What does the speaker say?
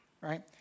right